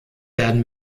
werden